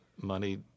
money